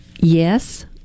yes